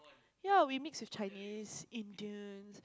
yeah we mix with Chinese Indians